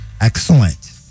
Excellent